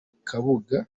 kabuga